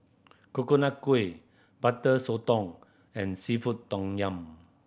Coconut Kuih Butter Sotong and seafood tom yum